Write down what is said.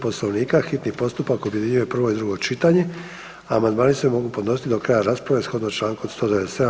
Poslovnika, hitni postupak objedinjuje prvo i drugo čitanje a amandmani se mogu podnositi do kraja rasprave shodno članku 197.